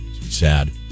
sad